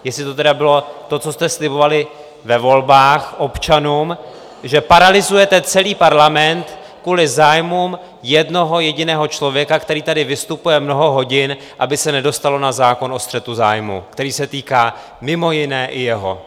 Jestli to tedy bylo to, co jste slibovali ve volbách občanům, že paralyzujete celý parlament kvůli zájmům jednoho jediného člověka, který tady vystupuje mnoho hodin, aby se nedostalo na zákon o střetu zájmů, který se týká mimo jiné i jeho.